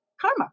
karma